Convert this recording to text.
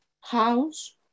house